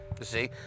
see